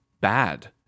bad